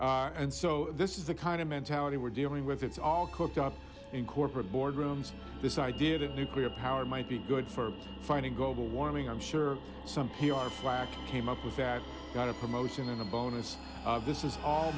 us and so this is the kind of mentality we're dealing with it's all cooked up in corporate boardrooms this idea that nuclear power might be good for finding gobal warming i'm sure some p r flack came up with that got a promotion and a bonus this is all